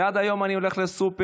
ועד היום אני הולך לסופר,